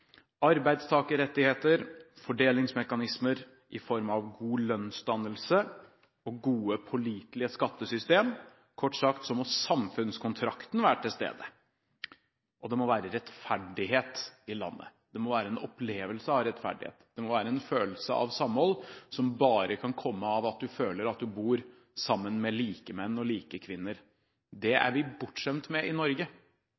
Kort sagt må samfunnskontrakten være til stede, og det må være rettferdighet i landet. Det må være en opplevelse av rettferdighet, og det må være en følelse av samhold, som bare kan komme av at du føler at du bor sammen med likemenn og likekvinner. Det er vi bortskjemt med i Norge, det